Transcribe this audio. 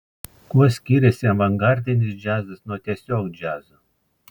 kuo skiriasi avangardinis džiazas nuo tiesiog džiazo